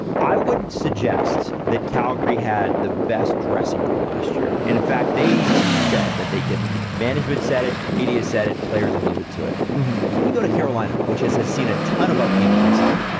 i wouldn't suggest that calgary had the best dressing room last year. in in fact, they said that they didn't. management said it, media said it, players alluded to it. mmhm then you go to carolina, which has has seen a ton of upheaval recently,